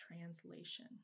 translation